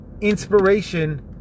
inspiration